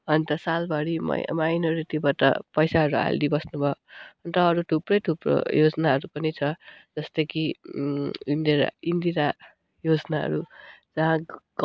अन्त सालभरिमा माइनोरटीबाट पैसाहरू हालिदिइ बस्नुभयो अन्त अरू थुप्रै थुप्रो योजनाहरू पनि छ जस्तै कि इन्दिरा इन्दिरा योजनाहरू जहाँ